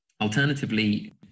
Alternatively